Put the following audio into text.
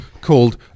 called